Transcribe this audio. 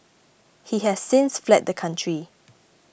he has since fled the country